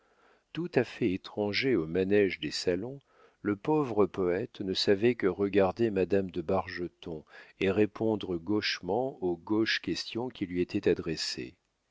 tout à fait étranger au manége des salons le pauvre poète ne savait que regarder madame de bargeton et répondre gauchement aux gauches questions qui lui étaient adressées